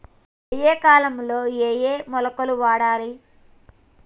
ఏయే కాలంలో ఏయే మొలకలు వాడాలి?